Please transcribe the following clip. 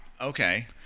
Okay